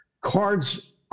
Cards